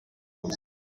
ruzi